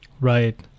Right